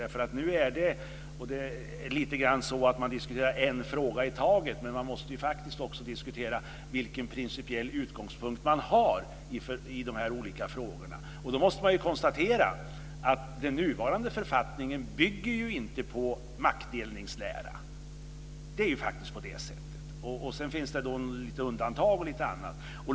Det är lite grann så att man diskuterar en fråga i taget. Men man måste faktiskt också diskutera vilken principiell utgångspunkt man har i de olika frågorna. Då måste man konstatera att den nuvarande författningen inte bygger på maktdelningsläran. Det är ju faktiskt på det sättet. Sedan finns det lite undantag och annat.